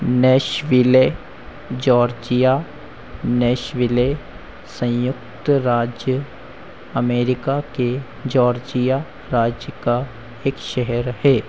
Nashville Georgia Nashville संयुक्त राज्य America के जॉर्जिया राज्य का एक शहर है